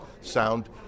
sound